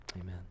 amen